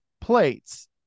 plates